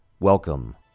Welcome